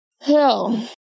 Hell